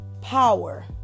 power